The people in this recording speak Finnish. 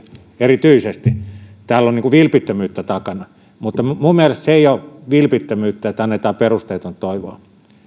erityisesti täällä on vilpittömyyttä takana mutta minun mielestäni se ei ole vilpittömyyttä että annetaan perusteetonta toivoa